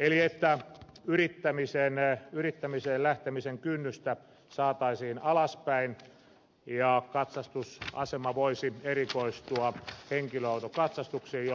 eli että yrittämiseen lähtemisen kynnystä saataisiin alaspäin ja katsastusasema voisi erikoistua henkilöautokatsastukseen